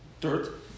dirt